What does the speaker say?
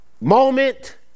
moment